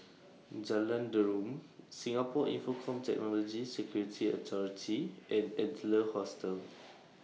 Jalan Derum Singapore Infocomm Technology Security Authority and Adler Hostel